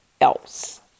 else